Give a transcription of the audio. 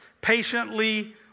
patiently